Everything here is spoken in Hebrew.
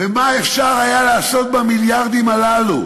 ומה אפשר היה לעשות במיליארדים הללו,